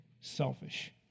selfish